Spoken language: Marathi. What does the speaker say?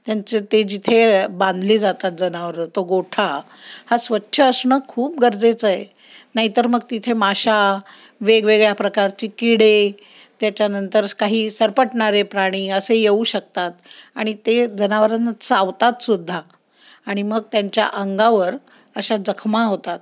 त्यांचे ते जिथे बांधली जातात जनावरं तो गोठा हा स्वच्छ असणं खूप गरजेचं आहे नाहीतर मग तिथे माशा वेगवेगळ्या प्रकारची किडे त्याच्यानंतर असं काही सरपटणारे प्राणी असे येऊ शकतात आणि ते जनावरांना चावतातसुद्धा आणि मग त्यांच्या अंगावर अशा जखमा होतात